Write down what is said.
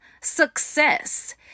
Success